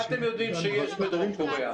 מה אתם יודעים שיש בדרום קוריאה?